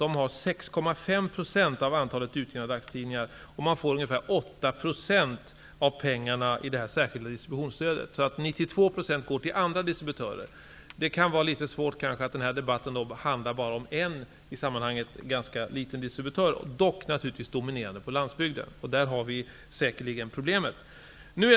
Man har 6,5 % av antalet utgivna dagstidningar, och man får ungefär 92 % går till andra distributörer. Det kan kanske vara litet svårt att föra debatt om en i sammanhanget ganska liten distributör, som dock är dominerande på landsbygden. Där har vi säkerligen problemet.